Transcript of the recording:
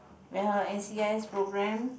we have n_c_s program